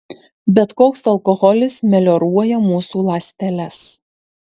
bet koks alkoholis melioruoja mūsų ląsteles